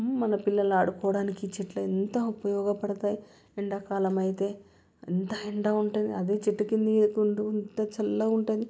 మన పిల్లలు ఆడుకోవడానికి చెట్లు ఎంత ఉపయోగపడతాయి ఎండాకాలమైతే ఎంత ఎండ ఉంటుం ది అదే చెట్టు కింద తీయకుండా ఎంత చల్లగా ఉంటుంది